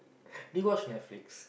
do you watch Netflix